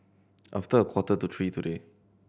after a quarter to three today